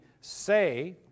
say